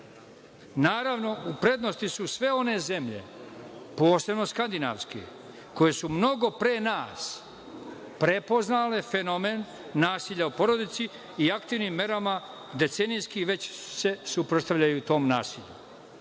Srbije. Naravno, u prednosti su sve one zemlje, posebno skandinavske, koje su mnogo pre nas prepoznale fenomen nasilja u porodici i aktivnim merama, decenijski, već se suprotstavljaju tom nasilju. Evropski